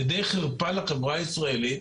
זה די חרפה לחברה הישראלית,